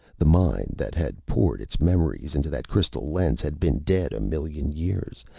the mind that had poured its memories into that crystal lens had been dead a million years,